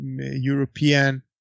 European